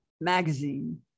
magazine